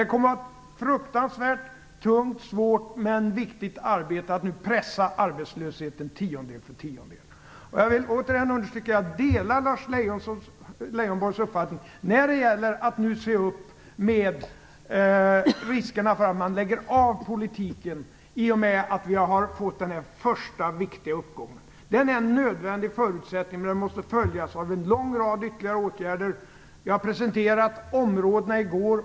Det kommer att blir ett fruktansvärt tungt och svårt men viktigt arbete att pressa ned arbetslösheten tiondel för tiondel. Jag vill återigen understryka att jag delar Lars Leijonborgs uppfattning när det gäller att se upp med riskerna för att man så att säga lägger av politiken i och med att den här första viktiga uppgången i ekonomin har skett. Den är en nödvändig förutsättning. Men den måste följas av en lång rad ytterligare åtgärder. Jag presenterade områdena i går.